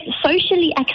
socially